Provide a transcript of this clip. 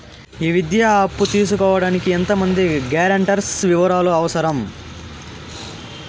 ఈ విద్యా అప్పు తీసుకోడానికి ఎంత మంది గ్యారంటర్స్ వివరాలు అవసరం?